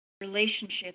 Relationships